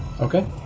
Okay